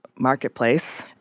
marketplace